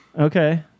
Okay